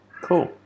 Cool